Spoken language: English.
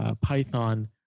python